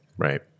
Right